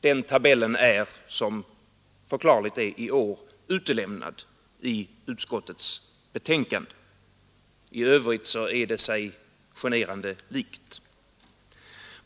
Den tabellen är förklarligt nog i år utelämnad i utskottsbetänkandet. I övrigt är det sig generande likt.